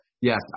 yes